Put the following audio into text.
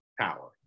power